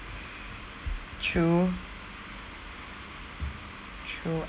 choo choo